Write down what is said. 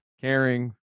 caring